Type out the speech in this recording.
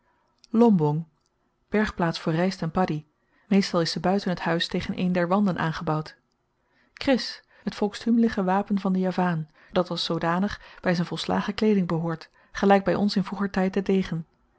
lombong bergplaats voor ryst en padie meestal is ze buiten t huis tegen een der wanden aangebouwd kris t volksthümliche wapen van den javaan dat als zoodanig by z'n volslagen kleeding behoort gelyk by ons in vroeger tyd de degen